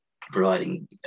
providing